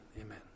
Amen